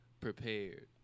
prepared